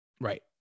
Right